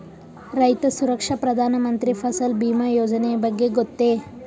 ರೈತ ಸುರಕ್ಷಾ ಪ್ರಧಾನ ಮಂತ್ರಿ ಫಸಲ್ ಭೀಮ ಯೋಜನೆಯ ಬಗ್ಗೆ ಗೊತ್ತೇ?